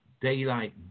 daylight